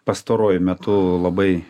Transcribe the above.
pastaruoju metu labai